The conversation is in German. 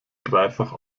dreifach